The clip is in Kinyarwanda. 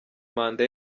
manda